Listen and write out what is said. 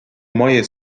moje